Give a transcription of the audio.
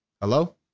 Hello